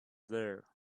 there